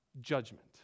judgment